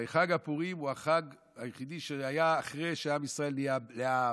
הרי חג הפורים הוא החג היחידי שהיה אחרי שעם ישראל נהיה לעם.